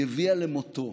היא הביאה למותו,